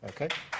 okay